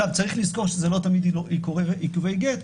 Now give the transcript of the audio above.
צריך לזכור שזה לא תמיד זה עיכובי גט,